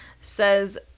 Says